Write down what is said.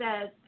says